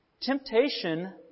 Temptation